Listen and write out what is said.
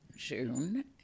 june